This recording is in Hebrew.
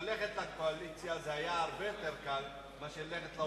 ללכת לקואליציה זה היה הרבה יותר קל מאשר ללכת לאופוזיציה.